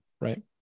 Right